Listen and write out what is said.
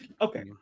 okay